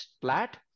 flat